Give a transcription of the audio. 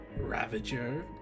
Ravager